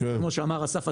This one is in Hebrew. כמו שאמר אסף,